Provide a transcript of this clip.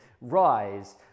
rise